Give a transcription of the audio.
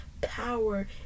power